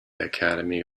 academy